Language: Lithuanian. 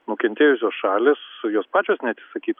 nukentėjusios šalys jos pačios neatsisakytų